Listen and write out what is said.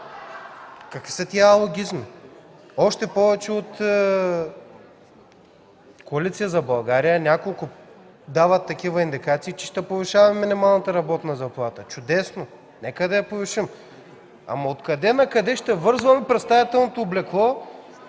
Какви са тези алогизми? Още повече от Коалиция за България дават такива индикации, че ще се повишава минималната работна заплата. Чудесно! Нека да я повишим. Но откъде накъде ще връзваме представителното облекло